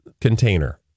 container